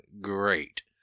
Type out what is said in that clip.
Great